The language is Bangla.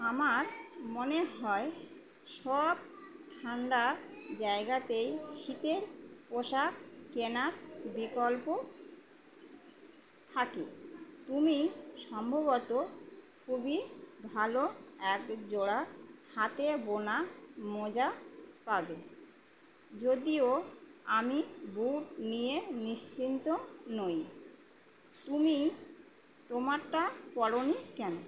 আমার মনে হয় সব ঠান্ডার জায়গাতেই শীতের পোশাক কেনার বিকল্প থাকে তুমি সম্ভবত খুবই ভালো এক জোড়া হাতে বোনা মোজা পাবে যদিও আমি বুট নিয়ে নিশ্চিন্ত নই তুমি তোমারটা পর নি কেন